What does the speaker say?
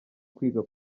kwiga